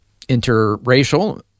interracial